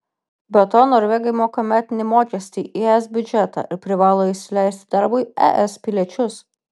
be to norvegai moka metinį mokestį į es biudžetą ir privalo įsileisti darbui es piliečius